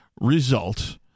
result